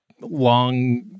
long